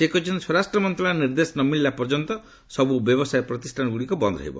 ସେ କହିଛନ୍ତି ସ୍ୱରାଷ୍ଟ୍ର ମନ୍ତ୍ରଣାଳୟର ନିର୍ଦ୍ଦେଶ ନ ମିଳିଲା ପର୍ଯ୍ୟନ୍ତ ସବୁ ବ୍ୟବସାୟ ପ୍ରତିଷ୍ଠାନ ଗୁଡ଼ିକ ବନ୍ଦ ରହିବ